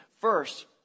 First